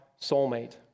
soulmate